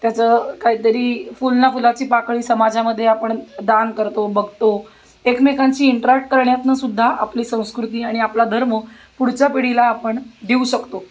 त्याचं काहीतरी फूल ना फुलाची पाकळी समाजामध्ये आपण दान करतो बघतो एकमेकांशी इंट्रॅक्ट करण्यातनं सुद्धा आपली संस्कृती आणि आपला धर्म पुढच्या पिढीला आपण देऊ शकतो